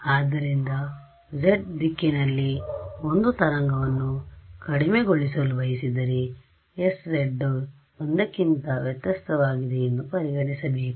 ಆದ್ದರಿಂದ ನಾನು z ದಿಕ್ಕಿನಲ್ಲಿ ಒಂದು ತರಂಗವನ್ನು ಕಡಿಮೆಗೊಳಿಸಲು ಬಯಸಿದರೆ sz 1 ಕ್ಕಿಂತ ವ್ಯತ್ಯಸ್ಥವಾಗಿದೆ ಎಂದು ಪರಿಗಣಿಸಬೇಕು